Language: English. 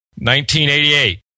1988